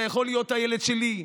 זה יכול להיות הילד שלי,